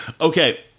Okay